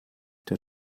der